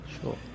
Sure